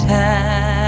time